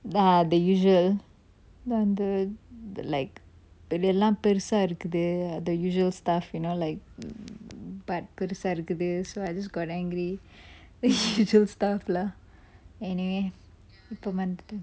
ya the usual the the the like எல்லாம் பெருசா இருக்குது:ellam perusa irukkuthu the the usual stuff you know like butt பெருசா இருக்குது:perusa irukkuthu so I just got angry then she sold stuff lah anyway per month